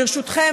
ברשותכם,